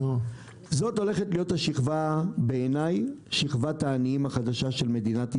זאת הולכת להיות שכבת העניים החדשה של מדינת ישראל,